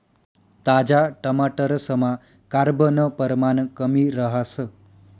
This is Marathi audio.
ताजा टमाटरसमा कार्ब नं परमाण कमी रहास